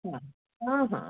ହଁ ହଁ ହଁ ହଁ